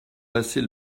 passer